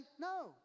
No